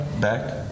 back